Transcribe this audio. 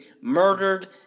murdered